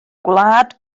gwlad